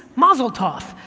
mazel tov!